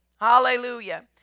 Hallelujah